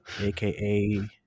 aka